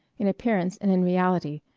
in appearance and in reality,